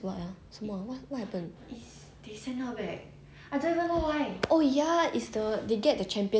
oh ya is the they get the champions from every district then you go back to fight again did she win